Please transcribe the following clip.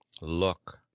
look